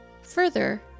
Further